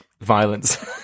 violence